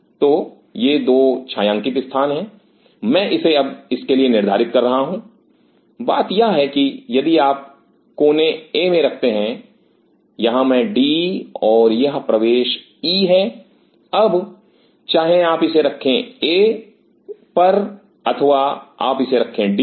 तो यह दो छायांकित स्थान है मैं इसे अब इसके लिए निर्धारित कर रहा हूं बात यह है कि यदि आप कोने ए में रखते हैं यहां मैं डी और यह प्रवेश ई है अब चाहे आप इसे रखें ए पर अथवा आप इसे रखें डी पर